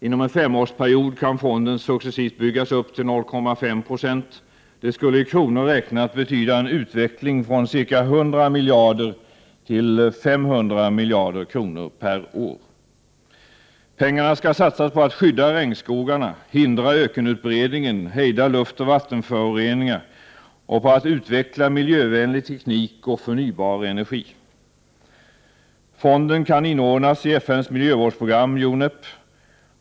Inom en femårsperiod kan fonden successivt byggas upp till 0,5 Zo. Det skulle i kronor räknat betyda en utveckling från ca 100 miljarder till ca 500 miljarder kronor perår. Pengarna skall satsas på att skydda regnskogarna, hindra ökenutbredningen och hejda luftoch vattenföroreningar och på att utveckla miljövänlig teknik och förnybar energi. Fonden kan inordnas i FN:s miljövårdsprogram, UNEP.